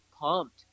pumped